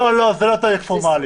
לא, זה לא תהליך פורמלי.